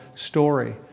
story